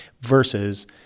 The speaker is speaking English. versus